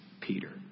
Peter